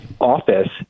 office